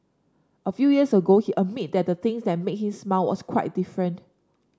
a few years ago he admit that the things that made him smile was quite different